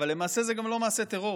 אבל למעשה זה גם לא מעשה טרור.